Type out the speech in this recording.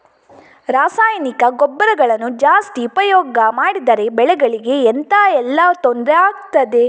ರಾಸಾಯನಿಕ ಗೊಬ್ಬರಗಳನ್ನು ಜಾಸ್ತಿ ಉಪಯೋಗ ಮಾಡಿದರೆ ಬೆಳೆಗಳಿಗೆ ಎಂತ ಎಲ್ಲಾ ತೊಂದ್ರೆ ಆಗ್ತದೆ?